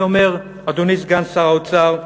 אני אומר, אדוני סגן שר האוצר,